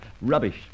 Rubbish